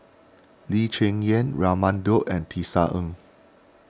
Lee Cheng Yan Raman Daud and Tisa Ng